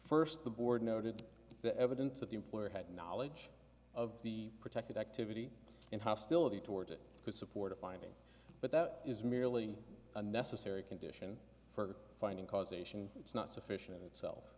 first the board noted the evidence that the employer had knowledge of the protected activity and hostility towards it could support a finding but that is merely a necessary condition for finding causation it's not sufficient in itself